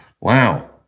Wow